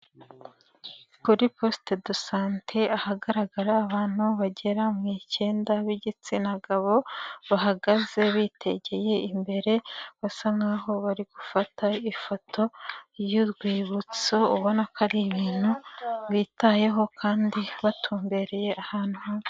Kuri posite do sante ahagaragara abantu bagera mu icyenda b'igitsina gabo bahagaze bitegeye imbere basa nkaho bari gufata ifoto y'urwibutso ubona ko ari ibintu bitayeho kandi batumbereye ahantu hamwe.